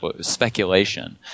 speculation